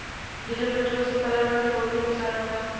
diesel petrol से पर्यावरण के बहुते नुकसान होला